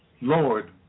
Lord